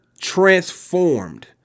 transformed